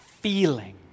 feeling